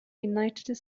united